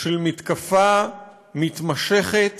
של מתקפה מתמשכת